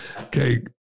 okay